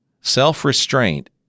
self-restraint